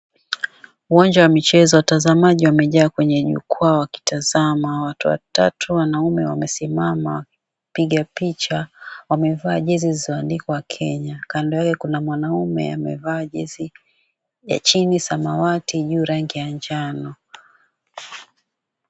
Uwanja wa michezo watazamaji wamejaa kwenye jukwaa wakitazama. Watu watatu wanaume wamesimama kupiga picha, wamevaa jezi zilizoandikwa Kenya. Kando yake kuna mwanaume aliyevaa jezi ya chini samawati juu rangi ya njano.